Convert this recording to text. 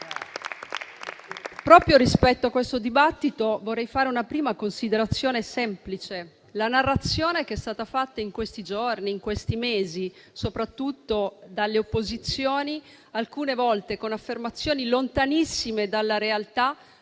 Proprio rispetto a questo dibattito, vorrei fare una prima semplice considerazione: la narrazione che è stata fatta in questi giorni e in questi mesi, soprattutto dalle opposizioni, alcune volte con affermazioni lontanissime dalla realtà,